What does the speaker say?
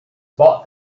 bought